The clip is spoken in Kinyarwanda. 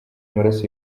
amaraso